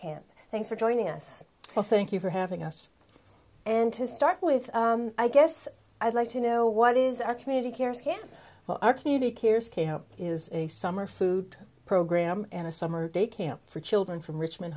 can't thanks for joining us well thank you for having us and to start with i guess i'd like to know what is our community care scam well our community cares is a summer food program and a summer day camp for children from richmond